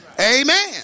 Amen